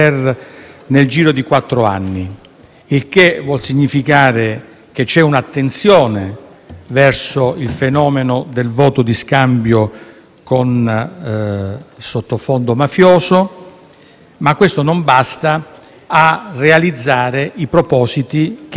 anni. Ciò significa che c'è un'attenzione verso il fenomeno del voto di scambio con sottofondo mafioso. Questo, purtroppo, non basta a realizzare i propositi che la norma intende raggiungere.